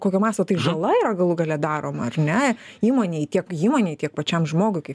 kokio masto tai žala yra galų gale daroma ar ne įmonei tiek įmonei tiek pačiam žmogui kai